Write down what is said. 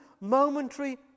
momentary